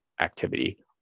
activity